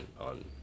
on